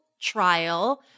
trial